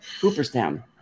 Cooperstown